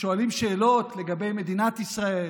ששואלים שאלות לגבי מדינת ישראל,